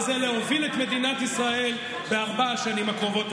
וזה להוביל את מדינת ישראל בארבע השנים הקרובות.